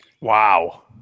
Wow